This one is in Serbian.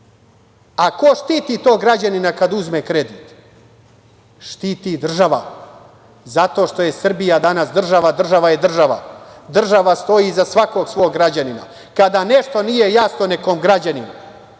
A ko štiti tog građanina kad uzme kredit? Štiti država, zato što je Srbija danas država, država je država. Država stoji iza svakog svog građanina. Kada nešto nije jasno nekom građaninu,